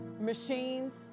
machines